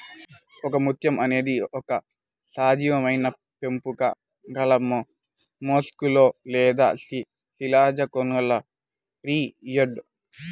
ఒకముత్యం అనేది ఒక సజీవమైనపెంకు గలమొలస్క్ లేదా శిలాజకోనులారియిడ్